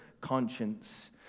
conscience